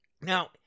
Now